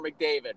McDavid